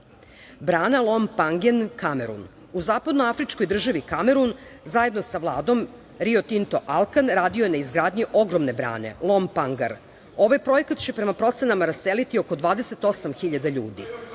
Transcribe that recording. „Lom Pangen“, Kamerun. U zapadno afričkoj državi Kamerun zajedno sa Vladom, Rio Tinto - Alkan radio je na izgradnji ogromne brane „Lom Pangar“. Ovaj projekat će prema procenama raseliti oko 28.000 ljudi.